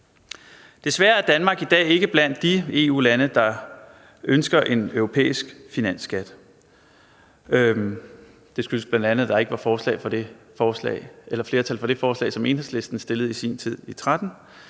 Desværre er Danmark i dag ikke blandt de EU-lande, der ønsker en europæisk finansskat. Det skyldes bl.a., at der ikke var flertal for det forslag, som Enhedslisten fremsatte i sin tid, i 2013.